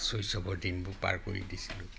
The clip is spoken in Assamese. শৈশৱৰ দিনবোৰ পাৰ কৰি দিছিলোঁ